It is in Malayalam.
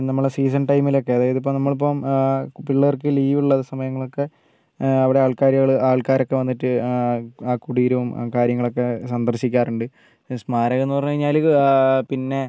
നമ്മുടെ സീസൺ ടൈമിലൊക്കെ അതായത് ഇതിപ്പം നമ്മളിപ്പം പിള്ളേർക്ക് ലീവുള്ള സമയങ്ങളൊക്കെ അവിടെ ആൾകാരുകൾ ആൾക്കാരൊക്കെ വന്നിട്ട് ആ കുടീരവും കാര്യങ്ങളക്കെ സന്ദർശിക്കാറുണ്ട് സ്മാരകം എന്ന് പറഞ്ഞു കഴിഞ്ഞാൽ പിന്നെ